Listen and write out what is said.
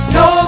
no